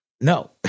No